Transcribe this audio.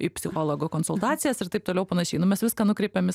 į psichologo konsultacijas ir taip toliau panašiai nu mes viską nukreipiam į